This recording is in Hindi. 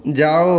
जाओ